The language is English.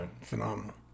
phenomenal